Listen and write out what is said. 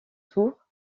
tours